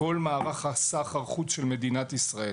כל מערך הסחר חוץ של מדינת ישראל.